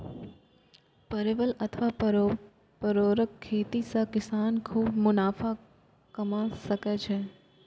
परवल अथवा परोरक खेती सं किसान खूब मुनाफा कमा सकै छै